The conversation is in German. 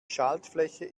schaltfläche